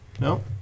No